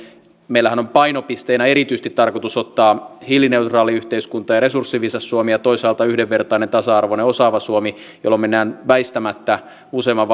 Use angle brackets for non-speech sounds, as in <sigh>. meillähän on painopisteenä erityisesti tarkoitus ottaa hiilineutraali yhteiskunta ja resurssiviisas suomi ja toisaalta yhdenvertainen tasa arvoinen osaava suomi jolloin mennään väistämättä useamman <unintelligible>